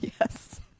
Yes